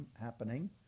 happening